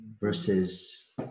versus